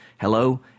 Hello